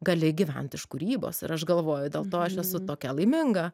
gali gyvent iš kūrybos ir aš galvoju dėl to aš esu tokia laiminga